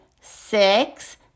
six